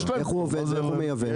איך הוא עובד ואיך הוא מייבא?